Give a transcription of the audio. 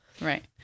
Right